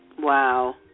Wow